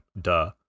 duh